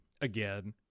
again